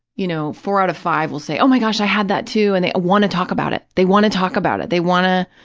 you know, four out of five will say, oh, my gosh, i had that, too, and they want to talk about it. they want to talk about it. they want to,